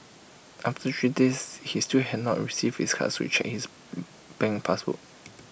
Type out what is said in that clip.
after three days he still had not receive his card so checked his bank pass book